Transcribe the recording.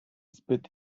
zbyt